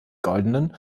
goldenen